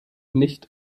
nicht